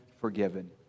forgiven